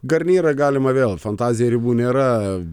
garnyrą galima vėl fantazijai ribų nėra